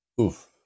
Oof